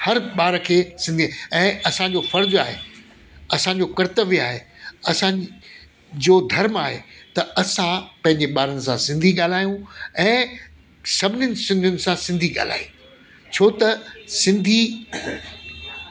हर ॿार खे सिंधी ऐं असांजो फर्ज़ु आहे असांजो कर्तवय आहे असांजो धर्म आहे त असां पंहिंजे ॿारनि सां सिंधी ॻाल्हायऊं ऐं सभिनीनि सिंधीयुनि सां सिंधी ॻाल्हायूं छो त सिंधी